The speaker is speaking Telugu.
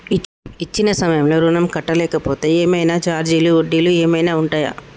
ఇచ్చిన సమయంలో ఋణం కట్టలేకపోతే ఏమైనా ఛార్జీలు వడ్డీలు ఏమైనా ఉంటయా?